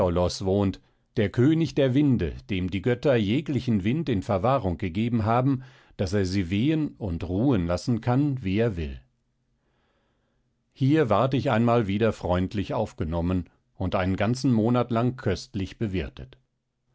der könig der winde dem die götter jeglichen wind in verwahrung gegeben haben daß er sie wehen und ruhen lassen kann wie er will hier ward ich einmal wieder freundlich aufgenommen und einen ganzen monat lang köstlich bewirtet